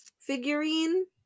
figurine